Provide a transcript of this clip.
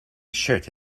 shirt